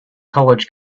college